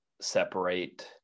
separate